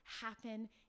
happen